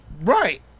Right